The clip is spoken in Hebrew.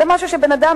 הרי בן-אדם,